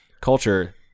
culture